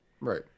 right